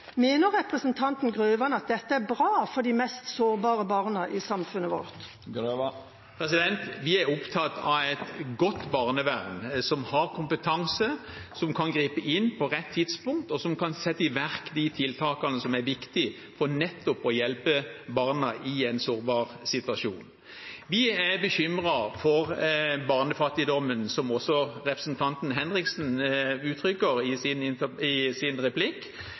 Mener representanten Grøvan at dette er bra for de mest sårbare barna i samfunnet vårt? Vi er opptatt av et godt barnevern, som har kompetanse, som kan gripe inn på rett tidspunkt, og som kan sette i verk de tiltakene som er viktige for nettopp å hjelpe barna i en sårbar situasjon. Vi er bekymret for barnefattigdommen, som også representanten Henriksen uttrykker i sin